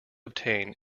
obtain